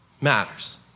matters